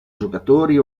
giocatori